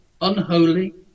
unholy